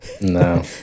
No